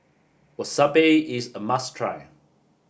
wasabi is a must try